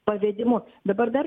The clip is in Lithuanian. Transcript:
pavedimų dabar dar